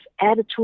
attitude